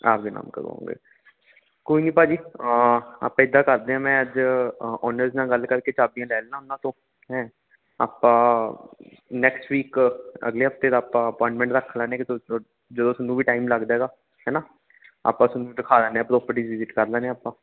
ਆਪਣੇ ਨਾਮ ਕਰਵਾਓਂਗੇ ਕੋਈ ਨਹੀਂ ਭਾਅ ਜੀ ਆਪਾਂ ਇੱਦਾਂ ਕਰਦੇ ਹਾਂ ਮੈਂ ਅੱਜ ਅ ਓਨਰਸ ਨਾਲ ਗੱਲ ਕਰ ਕੇ ਚਾਬੀਆਂ ਲੈ ਲੈਨਾ ਉਹਨਾਂ ਤੋਂ ਹੈਂ ਆਪਾਂ ਨੈਕਸਟ ਵੀਕ ਅਗਲੇ ਹਫ਼ਤੇ ਦਾ ਆਪਾਂ ਅਪੁਆਇੰਟਮੈਂਟ ਰੱਖ ਲੈਂਦੇ ਕਿ ਜਦੋਂ ਤੁਹਾਨੂੰ ਵੀ ਟਾਈਮ ਲੱਗਦਾ ਹੈਗਾ ਹੈ ਨਾ ਆਪਾਂ ਤੁਹਾਨੂੰ ਦਿਖਾ ਦਿੰਦੇ ਹਾਂ ਪ੍ਰੋਪਰਟੀ ਵਿਜਿਟ ਕਰ ਲੈਂਦੇ ਹਾਂ ਆਪਾਂ